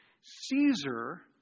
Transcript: Caesar